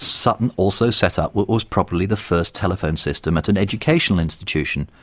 sutton also set up what was probably the first telephone system at an educational institution,